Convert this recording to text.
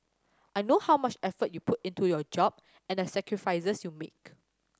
I know how much effort you put into your job and the sacrifices you make